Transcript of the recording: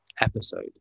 episode